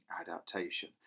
adaptation